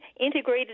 integrated